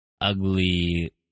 ugly